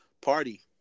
party